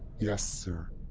yes sir.